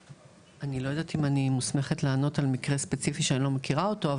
אני לא יודעת אם אני מוסמכת לענות על מקרה ספציפי שאני לא מכירה אותו,